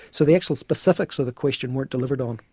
so the actual specifics of the question weren't delivered on.